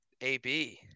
ab